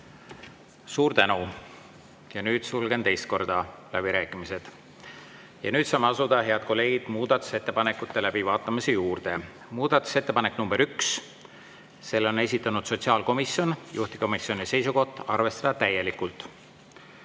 Suur tänu! Sulgen teist korda läbirääkimised. Ja nüüd saame asuda, head kolleegid, muudatusettepanekute läbivaatamise juurde. Muudatusettepanek nr 1, selle on esitanud sotsiaalkomisjon, juhtivkomisjoni seisukoht on arvestada täielikult.